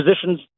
positions